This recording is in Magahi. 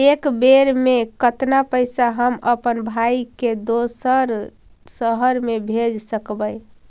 एक बेर मे कतना पैसा हम अपन भाइ के दोसर शहर मे भेज सकबै?